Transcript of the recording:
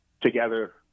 together